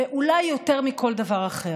ואולי יותר מכל דבר אחר,